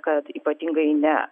kad ypatingai ne